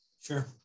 Sure